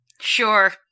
Sure